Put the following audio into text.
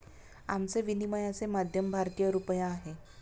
आमचे विनिमयाचे माध्यम भारतीय रुपया आहे